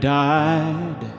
died